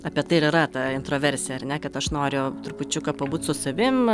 apie tai ir yra ta intraversija ar ne kad aš noriu trupučiuką pabūt su savim